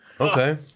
Okay